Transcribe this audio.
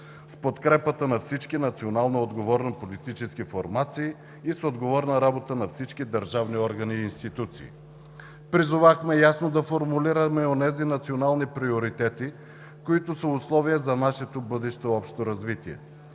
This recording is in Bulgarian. с подкрепата на всички национално отговорни политически формации и с отговорна работа на всички държавни органи и институции. Призовахме ясно да формулираме онези национални приоритети, които са условие за нашето бъдещо общо развитие,